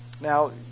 Now